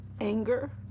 anger